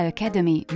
Academy